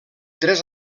tres